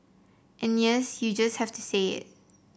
and yes you just have to say it